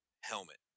helmet